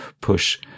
push